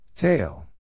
Tail